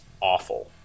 awful